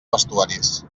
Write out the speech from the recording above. vestuaris